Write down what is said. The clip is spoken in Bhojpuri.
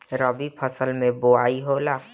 रबी फसल मे बोआई होला?